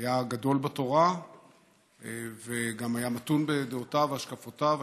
היה גדול בתורה וגם היה מתון בדעותיו ובהשקפותיו.